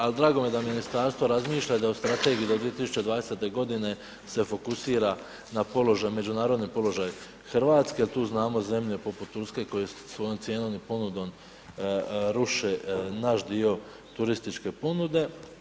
A drago mi je da ministarstvo razmišlja da u strategiji do 2020. godine se fokusira na položaj, međunarodni položaj Hrvatske jer tu znamo zemlje poput Turske koje svojom cijenom i ponudom ruše naš dio turističke ponude.